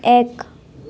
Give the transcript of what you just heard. এক